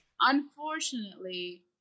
Unfortunately